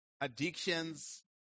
addictions